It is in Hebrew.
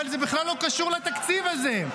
אבל זה בכלל לא קשור לתקציב הזה.